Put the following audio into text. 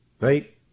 right